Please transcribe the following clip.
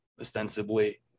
ostensibly